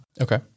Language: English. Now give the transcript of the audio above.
Okay